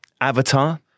avatar